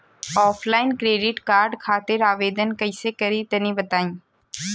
Offline credit card खातिर आवेदन कइसे करि तनि बताई?